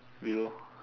below